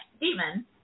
Demon